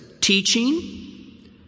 teaching